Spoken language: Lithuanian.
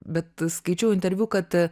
bet skaičiau interviu kad